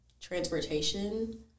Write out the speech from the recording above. transportation